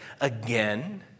again